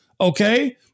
Okay